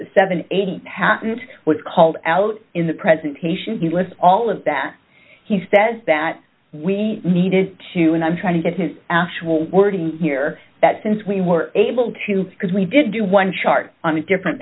e seventy eight patent was called out in the presentation he lists all of that he says that we needed to and i'm trying to get his actual wording here that since we were able to because we did do one chart on a different